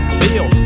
bill